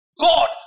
God